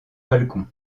balcon